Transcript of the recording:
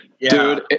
dude